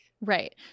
Right